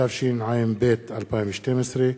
התשע"ב 2012,